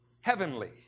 heavenly